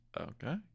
okay